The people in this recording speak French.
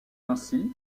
ainsi